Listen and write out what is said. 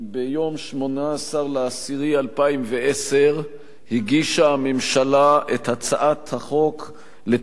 ביום 18 באוקטובר 2010 הגישה הממשלה את הצעת החוק לתיקון